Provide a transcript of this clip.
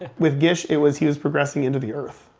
with gish it was he was progressing into the earth,